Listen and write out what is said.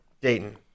Dayton